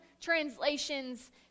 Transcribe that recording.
translations